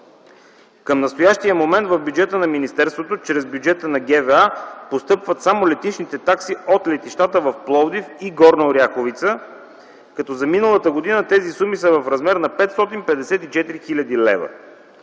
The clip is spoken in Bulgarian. Към настоящия момент в бюджета на министерството чрез бюджета на ГВА постъпват само летищните такси от летищата в Пловдив и Горна Оряховица, като за миналата година тези суми са в размер на 554 хил. лв.,